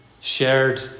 shared